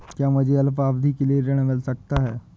क्या मुझे अल्पावधि के लिए फसल ऋण मिल सकता है?